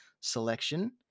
selection